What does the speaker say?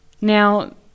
Now